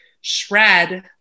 Shred